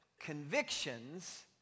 convictions